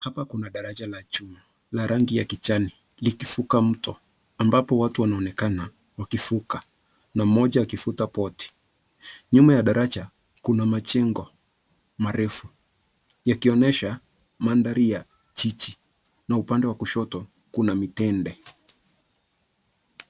Hapa kuna daraja la chuma la rangi ya kijani likivuka mto ambapo watu wanaonekana wakivuka na mmoja akivuta boti. Nyuma ya daraja kuna majengo marefu yakionyesha mandhari ya jiji. Upande wa kushoto kuna mitende.